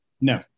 No